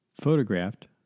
photographed